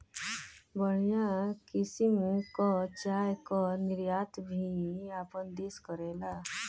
बढ़िया किसिम कअ चाय कअ निर्यात भी आपन देस करेला